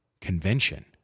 convention